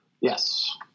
Yes